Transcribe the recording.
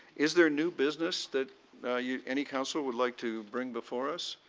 is there new business that yeah any councillor would like to bring before us?